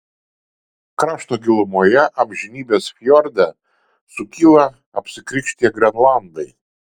krašto gilumoje amžinybės fjorde sukyla apsikrikštiję grenlandai